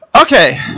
Okay